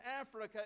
Africa